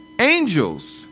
angels